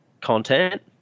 content